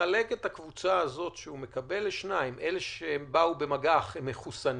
מחלק את הקבוצה הזאת שהוא מקבל לשניים: אלה שבאו במגע אך הם מחוסנים.